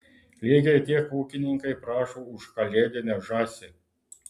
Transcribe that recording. lygiai tiek ūkininkai prašo už kalėdinę žąsį